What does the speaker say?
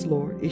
Lord